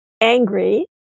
angry